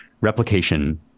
replication